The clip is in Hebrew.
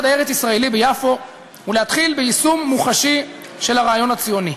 הארץ-ישראלי" ביפו ולהתחיל ביישום מוחשי של הרעיון הציוני.